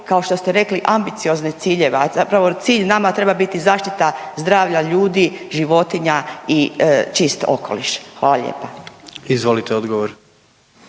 kao što ste rekli, ambiciozne ciljeve, a zapravo cilj nama treba biti zaštita zdravlja ljudi, životinja i čist okoliš. Hvala lijepa. **Jandroković,